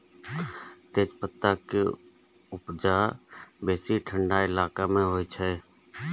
तेजपत्ता के उपजा बेसी ठंढा इलाका मे होइ छै